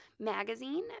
magazine